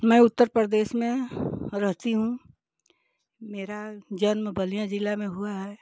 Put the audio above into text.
मैं उत्तर प्रदेश में रहती हूँ मेरा जन्म बलिया जिला में हुआ है